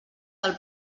del